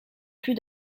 plus